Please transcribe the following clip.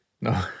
No